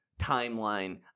timeline